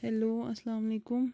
hello اَلسلامُ علیکُم